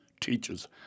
teachers